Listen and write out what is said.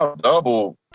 double